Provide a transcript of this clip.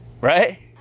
right